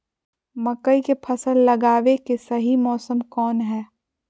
मकई के फसल लगावे के सही मौसम कौन हाय?